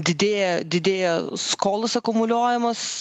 didėja didėja skolos akumuliuojamos